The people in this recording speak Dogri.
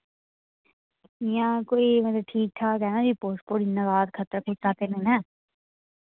इ'यां कोई मतलब ठीक ठाक ऐ नां रिपोर्ट कोई इन्ना